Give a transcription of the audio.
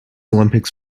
olympics